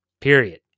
Period